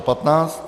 15.